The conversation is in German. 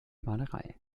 malerei